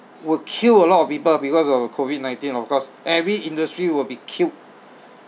will kill a lot of people because of COVID nineteen of course every industry will be killed